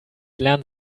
lernen